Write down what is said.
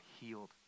healed